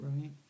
right